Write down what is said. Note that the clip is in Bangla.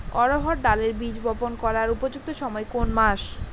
অড়হড় ডালের বীজ বপন করার উপযুক্ত সময় কোন কোন মাস?